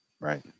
right